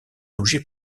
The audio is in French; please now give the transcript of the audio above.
objets